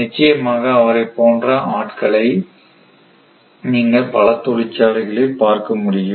நிச்சயமாக இவரைப் போன்ற நிறைய ஆட்களை நீங்கள் பல தொழிற்சாலைகளில் பார்க்க முடியும்